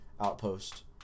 outpost